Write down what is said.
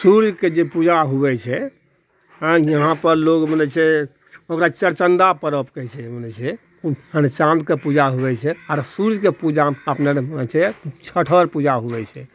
सूर्यके जे पूजा हुअए छै इहाँपर लोक मने जे छै ओकरा चरचन्दा परब कहै छै मने छै मने चाँदके पूजा हुअए छै आओर सूर्यके पूजामे अपनारऽ छै छठऽर पूजा हुअए छै